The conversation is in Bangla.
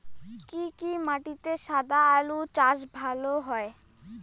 কি কি মাটিতে সাদা আলু চাষ ভালো হয়?